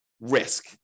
risk